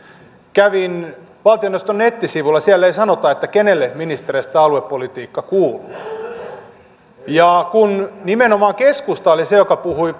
kävin valtioneuvoston nettisivulla siellä ei sanota kenelle ministereistä aluepolitiikka kuuluu kun nimenomaan keskusta oli se joka puhui